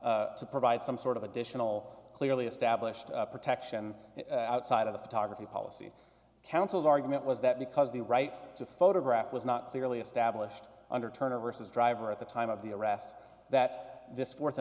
applies to provide some sort of additional clearly established protection outside of the photography policy council's argument was that because the right to photograph was not clearly established under turner vs driver at the time of the arrest that this th a